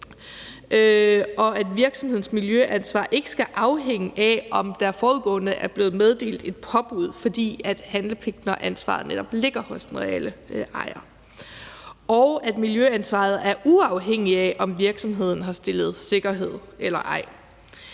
at virksomhedens miljøansvar ikke skal afhænge af, om der forudgående er blevet meddelt et påbud, fordi handlepligten og ansvaret netop ligger hos den reelle ejer, og at miljøansvaret er uafhængigt af, om virksomheden har stillet sikkerhed eller ej.